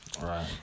right